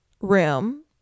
room